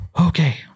Okay